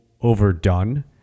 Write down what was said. overdone